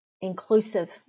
inclusive